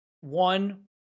One